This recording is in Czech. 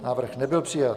Návrh nebyl přijat.